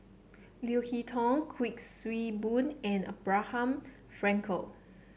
Leo Hee Tong Kuik Swee Boon and Abraham Frankel